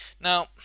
Now